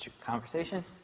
conversation